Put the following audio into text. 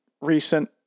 recent